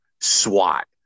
SWAT